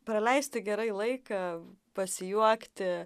praleisti gerai laiką pasijuokti